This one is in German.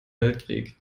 weltkrieg